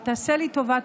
ותעשה לי טובה,